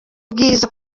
bwiza